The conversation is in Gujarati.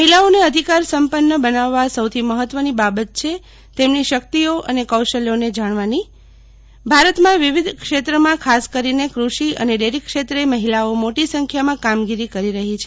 મહિલાઓને અધિકારી સંપન્ન બનાવવામાં સૌથી મહત્વની બાબત છે તેમની શક્તિઓ અને કૌશલ્યને જાણવાની ભારતમાં વિવિધ ક્ષેત્રમાં ખાસ કરીને ક્રષિ અને ડેરીક્ષેત્રે મહિલાઓ મોટી સંખ્યામાં કામગીરી કરી રહી છે